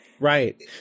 right